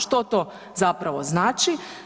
Što to zapravo znači?